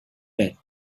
were